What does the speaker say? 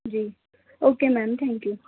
G okay ma'am thank you